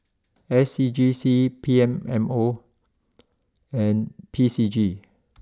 S C G C P M O and P C G